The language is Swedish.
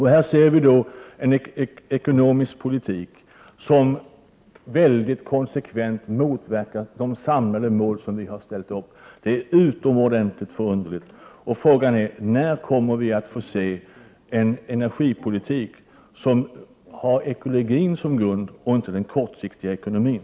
Här ser vi då en ekonomisk politik som mycket konsekvent motverkar ett förverkligande av de samlade mål som vi har ställt upp. Det är utomordentligt förunderligt. Frågan är: När kommer vi att få se en energipolitik som har ekologin som grund och inte den kortsiktiga ekonomin?